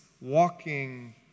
walking